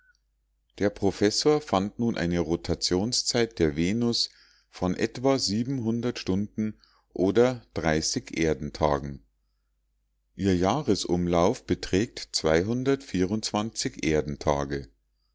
der professor fand nun eine rotationszeit der venus von etwa stunden oder dreißig erdentagen ihr jahresumlauf beträgt